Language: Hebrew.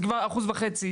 תקבע אחוז וחצי.